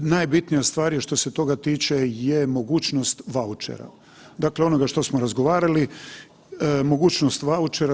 Najbitnija stvar što se toga tiče je mogućnost vaučera, dakle onoga što smo razgovarali, mogućnost vaučera.